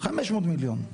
500 מיליון.